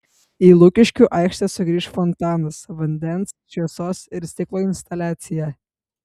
į lukiškių aikštę sugrįš fontanas vandens šviesos ir stiklo instaliacija